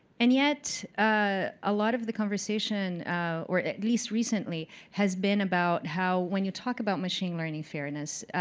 and yet a ah lot of the conversation or at least recently has been about how when you talk about machine learning fairness,